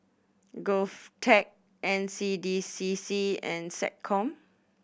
GovTech N C D C C and SecCom